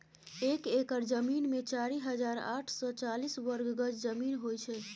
एक एकड़ जमीन मे चारि हजार आठ सय चालीस वर्ग गज जमीन होइ छै